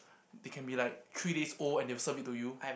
they can be like three days old and they serve it to you